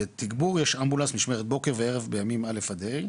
ותגבור יש אמבולנס משמרת בוקר וערב בימים א' עד ה',